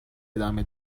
ادامه